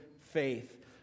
faith